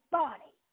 body